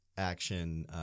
Action